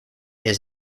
his